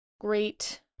great